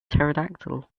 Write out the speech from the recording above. pterodactyl